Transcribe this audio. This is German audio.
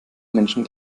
menschen